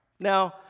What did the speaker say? Now